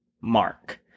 Mark